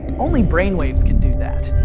only brainwaves can do that,